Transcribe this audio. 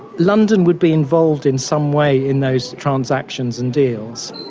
london would be involved in some way in those transactions and deals.